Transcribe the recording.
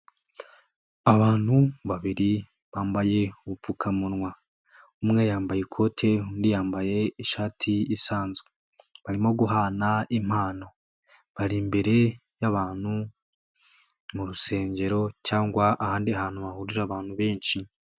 Abantu babiri bambaye ubupfukamunwa, umwe yambaye ikoti, undi yambaye ishati isanzwe, barimo guhana impano bari imbere y'abantu mu rusengero cyangwa ahandi hantu hahurira abantu benshi.